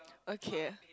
okay